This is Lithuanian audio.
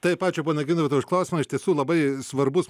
taip ačiū pone gintautai už klausimą iš tiesų labai svarbus